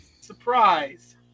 Surprise